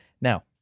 Now